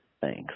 thanks